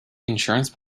insurance